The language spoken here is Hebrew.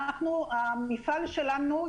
המפעל שלנו,